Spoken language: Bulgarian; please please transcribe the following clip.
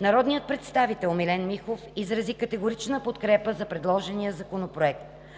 Народният представител Милен Михов изрази категорична подкрепа за предложения законопроект.